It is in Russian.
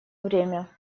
время